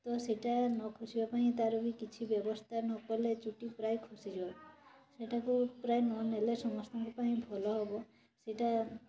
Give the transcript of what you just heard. ତ ସେଇଟା ନଖସିବା ପାଇଁ ତା'ର ବି କିଛି ବ୍ୟବସ୍ଥା ନକଲେ ଚୁଟି ପ୍ରାୟ ଖସିଯିବ ସେଇଟାକୁ ପ୍ରାୟ ନନେଲେ ପ୍ରାୟ ସମସ୍ତଙ୍କ ପାଇଁ ଭଲହେବ ସେଇଟା